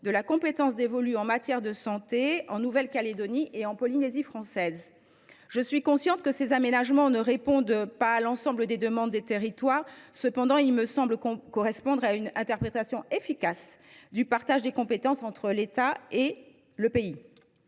de la compétence dévolue en matière de santé à la Nouvelle Calédonie et à la Polynésie française. Je suis consciente que ces aménagements ne répondent pas à l’ensemble des demandes des territoires. Cependant, ils me semblent correspondre à une interprétation efficace du partage de compétences entre l’État et le « pays